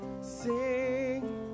sing